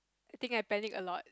I think I panic a lot